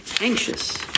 anxious